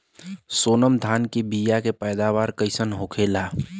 सोनम धान के बिज के पैदावार कइसन होखेला?